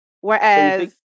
Whereas